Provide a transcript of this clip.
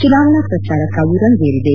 ಚುನಾವಣಾ ಪ್ರಚಾರ ಕಾವು ರಂಗೇರಿದೆ